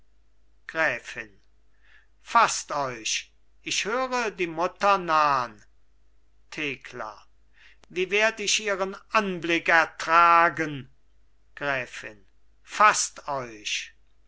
gräfin faßt euch ich höre die mutter nahn thekla wie werd ich ihren anblick ertragen gräfin faßt euch